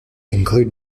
include